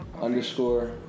underscore